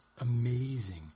amazing